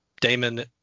Damon